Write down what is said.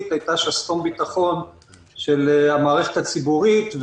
היתה שסתום ביטחון של המערכת הציבורית,